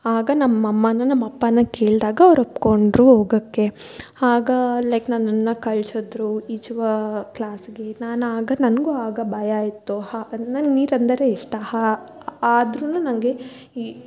ಆಗ ನಮ್ಮಅಮ್ಮ ನಮ್ಮಅಪ್ಪನ ಕೆಳಿದಾಗ ಅವ್ರು ಒಪ್ಪಿಕೊಂಡ್ರು ಹೋಗಕ್ಕೆ ಆಗ ಲೈಕ್ ನನ್ನನ್ನು ಕಳ್ಸಿದ್ರು ಈಜುವ ಕ್ಲಾಸ್ಗೆ ನಾನು ಆಗ ನನಗು ಆಗ ಭಯಾ ಇತ್ತು ಆ ನಂಗೆ ನೀರಂದರೆ ಇಷ್ಟ ಆ ಆದ್ರು ನಂಗೆ ಈ